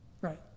Right